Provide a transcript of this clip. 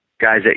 guys